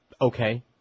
Okay